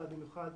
אבל במיוחד